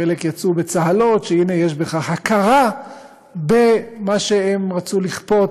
חלק יצאו בצהלות שהנה יש בכך הכרה במה שהם רצו לכפות,